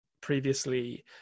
previously